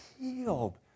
healed